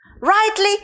Rightly